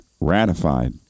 ratified